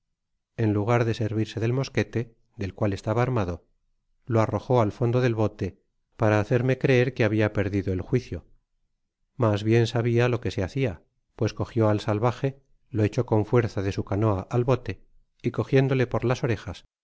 en lugar de servirse del mosquete del cual estaba armado lo arrojó al fondo del bote para hacerme creer que habia per dido el juicio mas bien sabia lo que se hacia pues cogió al sakaje lo echó coa fuerza de su canoa al bote y cogiéndole por las orejas